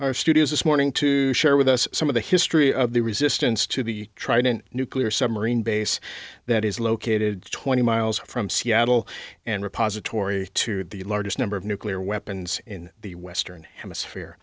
our studios this morning to share with us some of the history of the resistance to be tried in nuclear submarine base that is located twenty miles from seattle and repository to the largest number of nuclear weapons in the western hemisphere